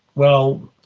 well,